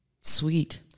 sweet